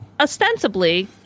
ostensibly